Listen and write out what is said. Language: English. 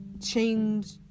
change